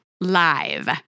live